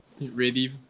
ready